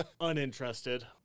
Uninterested